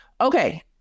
Okay